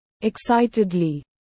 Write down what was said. Excitedly